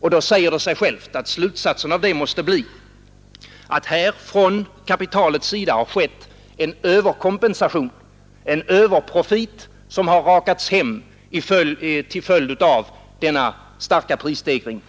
Det säger sig självt att slutsatsen av detta måste bli att kapitalet har fått en överkompensation, en överprofit, som har rakats hem till följd av denna starka prisstegring,